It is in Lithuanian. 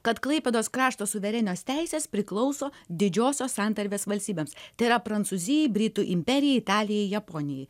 kad klaipėdos krašto suverenios teisės priklauso didžiosios santarvės valstybėms tai yra prancūzijai britų imperijai italijai japonijai